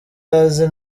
azi